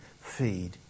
feed